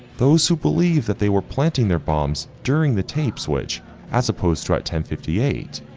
those who believed that they were planting their bombs during the tapes which as opposed to at ten fifty eight,